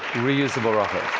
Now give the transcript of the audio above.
reusable rockets